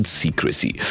secrecy